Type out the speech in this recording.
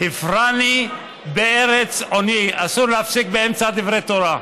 "הפרני אלהים בארץ עניי" אסור להפסיק באמצע דברי תורה.